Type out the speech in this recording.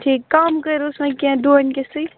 ٹھیٖک کَم کٔرۍہوس وۅنۍ کیٚنٛہہ دونہِ کِسٕے